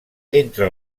entre